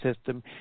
system